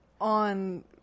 on